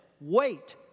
Wait